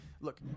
Look